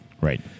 Right